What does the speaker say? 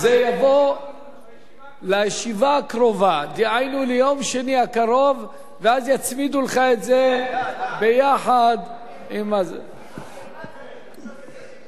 אני מבקש את ההצבעה על ההצעה של מירי רגב להפוך לאמון בממשלה.